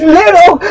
little